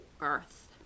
earth